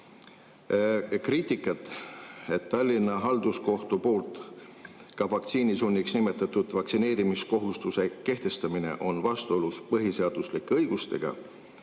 Kriitikat, et Tallinna Halduskohtu poolt ka vaktsiinisunniks nimetatud vaktsineerimiskohustuse kehtestamine on vastuolus põhiseaduslike õigustega,